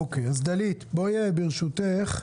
דלית, ברשותך,